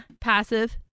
Passive